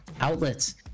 outlets